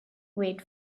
wait